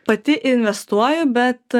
pati investuoju bet